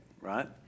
right